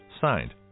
signed